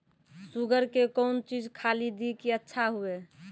Sugar के कौन चीज खाली दी कि अच्छा हुए?